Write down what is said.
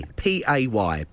pay